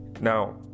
Now